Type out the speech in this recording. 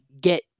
get